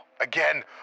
again